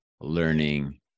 learning